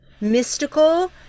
mystical